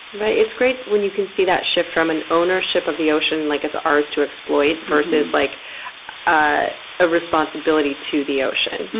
it's great when you can see that shift from an ownership of the ocean, like it's ours to exploit, versus like ah a responsibility to the ocean.